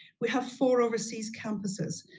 we have four overseas campuses.